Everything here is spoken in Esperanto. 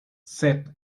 sep